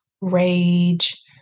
rage